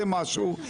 זה משהו,